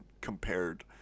compared